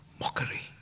Mockery